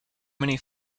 many